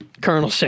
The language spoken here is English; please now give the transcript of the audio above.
Colonel